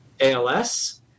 ALS